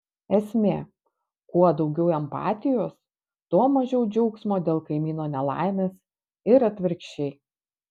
esmė kuo daugiau empatijos tuo mažiau džiaugsmo dėl kaimyno nelaimės ir atvirkščiai